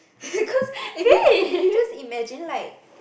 cause if you if you just imagine like